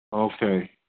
Okay